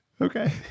Okay